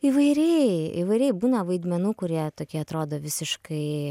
įvairiai įvairiai būna vaidmenų kurie tokie atrodo visiškai